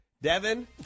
Devin